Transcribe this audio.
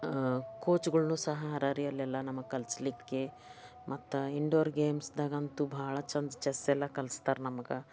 ಕೋಚುಗಳನ್ನೂ ಸಹ ಅರಾ ರೀ ಅಲ್ಲೆಲ್ಲ ನಮಗೆ ಕಲಿಸ್ಲಿಕ್ಕೆ ಮತ್ತು ಇಂಡೋರ್ ಗೇಮ್ಸ್ದಾಗಂತೂ ಭಾಳ ಚೆಂದ ಚೆಸ್ ಎಲ್ಲ ಕಲ್ಸ್ತಾರೆ ನಮ್ಗೆ